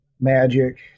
magic